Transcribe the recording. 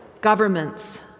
governments